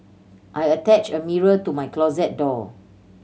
I attached a mirror to my closet door